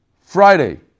Friday